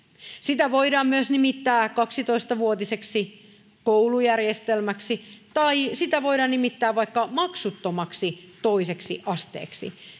sitä voidaan myös nimittää kaksitoista vuotiseksi koulujärjestelmäksi tai sitä voidaan nimittää vaikka maksuttomaksi toiseksi asteeksi